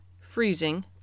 freezing